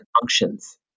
functions